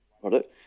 product